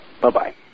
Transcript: Bye-bye